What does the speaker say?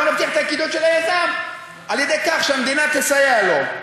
בוא נבטיח את הכדאיות של היזם על-ידי כך שהמדינה תסייע לו.